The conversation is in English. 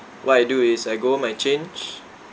what I do is I go home I change